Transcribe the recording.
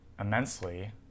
immensely